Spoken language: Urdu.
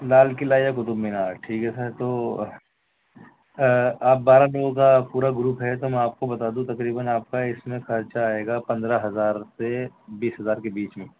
لال قلعہ یا قطب مینار ٹھیک ہے سر تو آپ بارہ لوگوں کا پورا گروپ ہے تو میں آپ کو بتا دوں تقریباً آپ کا اِس میں خرچا آئے گا پنندرہ ہزار سے بیس ہزار کے بیچ میں